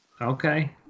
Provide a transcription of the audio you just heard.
Okay